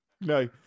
No